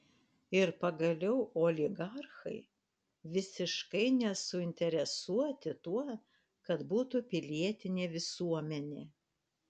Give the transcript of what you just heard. ir pagaliau oligarchai visiškai nesuinteresuoti tuo kad būtų pilietinė visuomenė